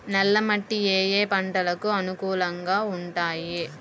నల్ల మట్టి ఏ ఏ పంటలకు అనుకూలంగా ఉంటాయి?